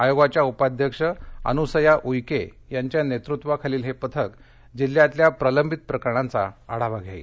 आयोगाच्या उपाध्यक्ष अनुसया उईके याध्या नेतृत्वाखालील हे पथक जिल्ह्यातल्या प्रलक्षित प्रकरणाची आढावा घेणार आहे